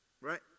right